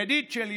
ידיד שלי,